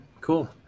cool